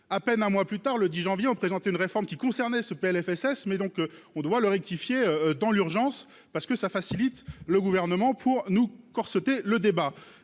À peine un mois plus tard, le 10 janvier, ont présenté une réforme qui concernait ce Plfss mais donc on doit le rectifier dans l'urgence parce que ça facilite le gouvernement pour nous corseter le débat